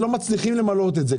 הם לא מצליחים למלא את זה.